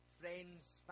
friends